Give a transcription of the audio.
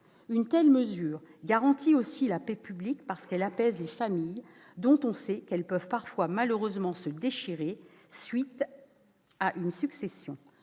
Une telle mesure garantit aussi la paix publique, parce qu'elle apaise les familles, qui peuvent parfois malheureusement se déchirer à la suite d'une succession.